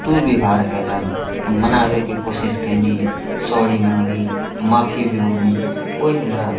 दुर्व्यवहार कएलनि हम मनाबैके कोशिश कएनी सॉरी माँगनी माफी भी माँगनी कोइ हमरा